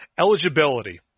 Eligibility